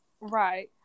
right